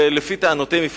ולפי טענותיהם הפחיד.